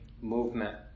movement